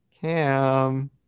Cam